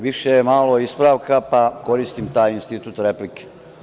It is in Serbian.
Više je ispravka, pa koristim taj institut replike.